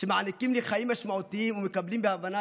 שמעניקים לי חיים משמעותיים ומקבלים בהבנה